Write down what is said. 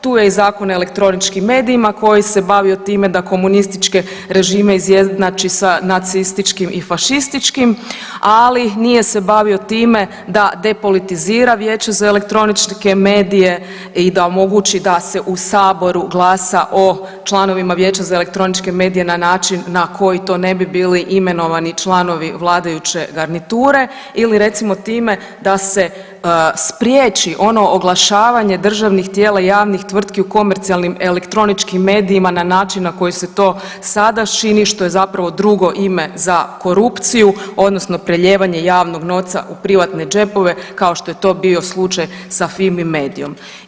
Tu je i Zakon o elektroničkim medijima koji se bavio time da komunističke režime izjednači sa nacističkim i fašističkim, ali nije se bavio time da depolitizira Vijeće za elektroničke medije i da omogući da se u Saboru glasa o članovima Vijeća za elektroničke medije na način na koji to ne bi bili imenovani članovi vladajuće garniture ili, recimo, time da se spriječi ono oglašavanje državnih tijela javnih tvrtki u komercijalnim elektroničkim medijima na način na koji se to sada čini, što je zapravo drugo ime za korupciju, odnosno preljevanje javnog novca u privatne džepove, kao što je to bio slučaj sa Fimi medijom.